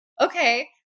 Okay